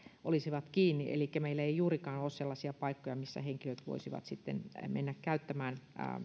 olisivat kiinni elikkä meillä ei juurikaan ole sellaisia paikkoja missä henkilöt voisivat sitten mennä käyttämään